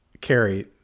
Carrie